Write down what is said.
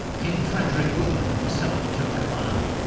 king frederick william himself took command.